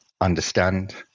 understand